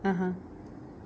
(uh huh)